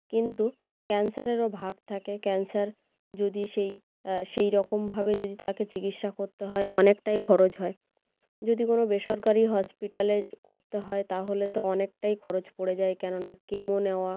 কিন্তু ক্যান্সারেরও ভাগ থাকে ক্যান্সার যদি সেই সেই রকমভাবে যদি তাকে চিকিৎসা করতে হয় অনেকটাই খরচ হয় যদি কোনো বেসরকারি হসপিটালে করতে হয় তাহলে তো অনেকটাই খরচ পড়ে যায় কেননা কেমো নেওয়া